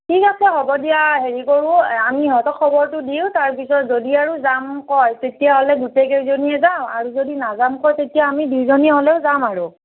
ঠিক আছে হ'ব দিয়া হেৰি কৰোঁ আমি ইহঁতক খবৰটো দিওঁ তাৰ পিছত যদি আৰু যাম কয় তেতিয়াহ'লে গোটেই কেইজনীয়ে যাওঁ আৰু যদি নাযাম কয় তেতিয়া আমি দুইজনীয়ে হ'লেও যাম আৰু